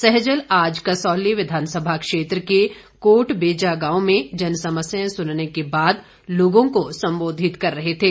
सहजल आज कसौली विधानसभा क्षेत्र के कोट बेजा गांव में जनसमस्यां सुनने के बाद लोगों को सम्बोधित कर रहे थे